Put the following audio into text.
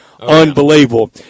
unbelievable